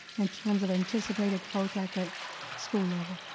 in terms of anticipated growth at the school level?